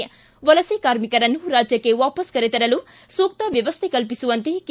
ಿ ವಲಸೆ ಕಾರ್ಮಿಕರನ್ನು ರಾಜ್ಯಕ್ಷೆ ವಾಪಸ್ ಕರೆ ತರಲು ಸೂಕ್ತ ವ್ಯವಸ್ಥೆ ಕಲ್ಪಿಸುವಂತೆ ಕೆ